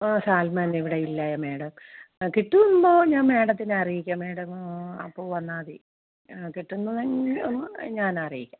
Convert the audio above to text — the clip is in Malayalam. ഓ സാൽമൺ ഇവിടെ ഇല്ലയ് മേഡം ആ കിട്ടുമ്പോൾ ഞാൻ മേഡത്തിനെ അറിയിക്കാം മേഡം അപ്പോൾ വന്നാൽ മതി ആ കിട്ടുമ്പോൾ തന്നെ ഒന്ന് ഞാൻ അറിയിക്കാം